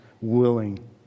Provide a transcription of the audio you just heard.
willing